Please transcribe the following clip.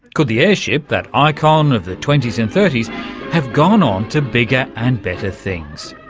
could the airship that icon of the twenties and thirties have gone on to bigger and better things?